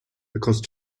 because